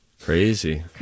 Crazy